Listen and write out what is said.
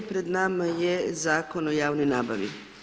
Pred nama je Zakon o javnoj nabavi.